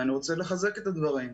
ואני רוצה לחזק את הדברים.